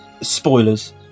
spoilers